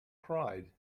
cried